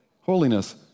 Holiness